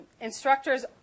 Instructors